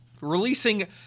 releasing